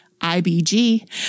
IBG